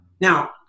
Now